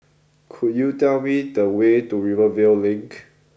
could you tell me the way to Rivervale Link